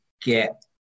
get